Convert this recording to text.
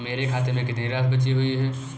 मेरे खाते में कितनी राशि बची हुई है?